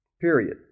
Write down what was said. Period